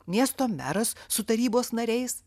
miesto meras su tarybos nariais